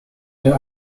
der